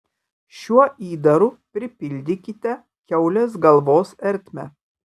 šiuo įdaru pripildykite kiaulės galvos ertmę